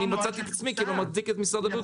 מצאתי את עצמי כאילו מצדיק את משרד הבריאות,